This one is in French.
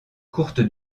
courte